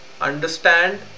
understand